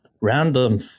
random